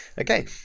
Okay